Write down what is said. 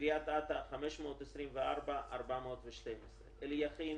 קריית אתא 524,412, אליכין